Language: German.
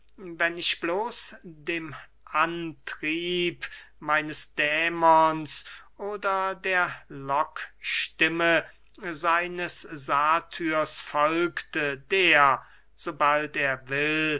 wenn ich bloß dem antrieb meines dämons oder der lockstimme seines satyrs folgte der sobald er will